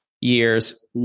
years